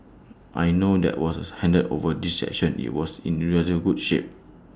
I know that was when we handed over this section IT was in relatively good shape